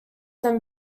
then